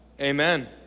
Amen